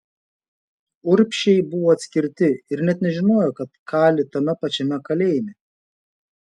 urbšiai buvo atskirti ir net nežinojo kad kali tame pačiame kalėjime